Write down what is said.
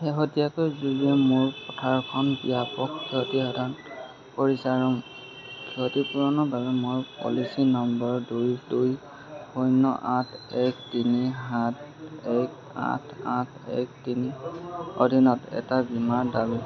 শেহতীয়াকৈ জুয়ে মোৰ পথাৰখন ব্যাপক ক্ষতিসাধন কৰিছে আৰু ক্ষতিপূৰণৰ বাবে মই পলিচী নম্বৰ দুই দুই শূন্য আঠ এক তিনি সাত এক আঠ আঠ এক তিনিৰ অধীনত এটা বীমা দাবী